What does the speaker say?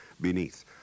beneath